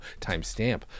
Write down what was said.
timestamp